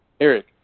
Eric